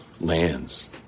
lands